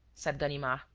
said ganimard.